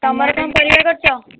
ତୁମର କ'ଣ ପରିବା କରିଛ